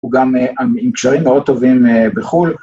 וגם עם קשרים מאוד טובים בחול.